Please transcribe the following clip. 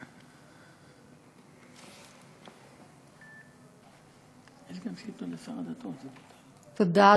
תודה,